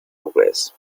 progress